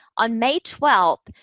on may twelfth,